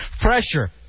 Pressure